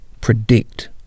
predict